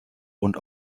und